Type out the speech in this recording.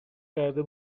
کرده